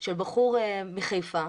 של בחור מחיפה,